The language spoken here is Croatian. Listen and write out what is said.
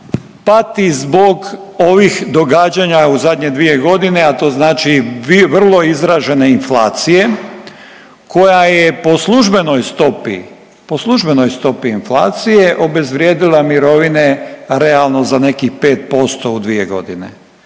pati zbog ovih događanja u zadnje 2.g., a to znači vrlo izražene inflacije koja je po službenoj stopi, po službenoj stopi inflacije obezvrijedila mirovine realno za nekih 5% u 2.g., dakle